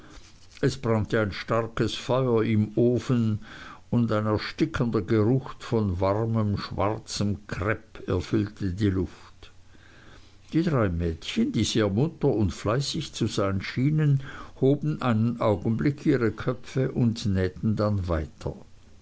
es brannte ein starkes feuer im ofen und ein erstickender geruch von warmem schwarzem krepp erfüllte die luft die drei mädchen die sehr munter und fleißig zu sein schienen hoben einen augenblick ihre köpfe und nähten dann weiter